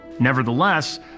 Nevertheless